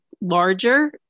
larger